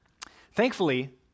Thankfully